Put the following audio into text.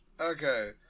Okay